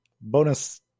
bonus